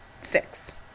six